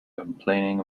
complaining